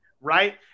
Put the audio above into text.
right